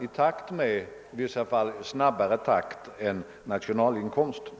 i takt med och ofta i snabbare takt än nationalinkomsten.